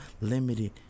limited